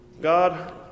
God